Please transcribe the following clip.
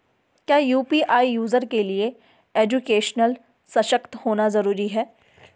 क्या UPI user के लिए एजुकेशनल सशक्त होना जरूरी है?